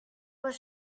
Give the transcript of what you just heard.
was